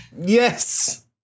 Yes